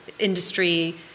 industry